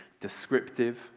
descriptive